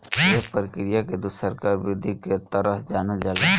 ए प्रक्रिया के दुसरका वृद्धि के तरह जानल जाला